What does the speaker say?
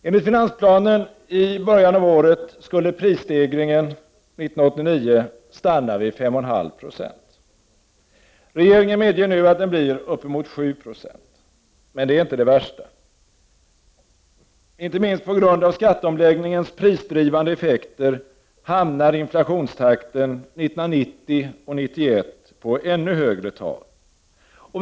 Enligt finansplanen i början av året skulle prisstegringen 1989 stanna vid 5,5 26. Regeringen medger nu att den blir uppemot 7 20. Men det är inte det värsta. Inte minst på grund av skatteomläggningens prisdrivande effekter hamnar inflationstakten 1990 och 1991 på ännu högre tal.